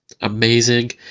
amazing